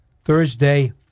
Thursday